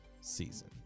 season